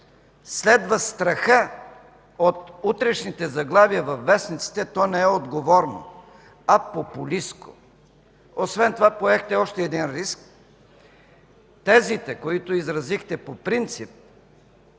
следва страха от утрешните заглавия във вестниците, то не е отговорно, а популистко. Освен това поехте още един риск – тезите, които изразихте по принцип